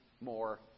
more